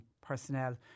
personnel